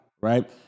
right